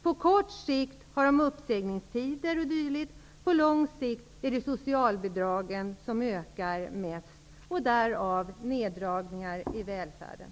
På kort sikt har man uppsägningstider o.d. På lång sikt ökar socialbidragen mest -- därav neddragningar i välfärden.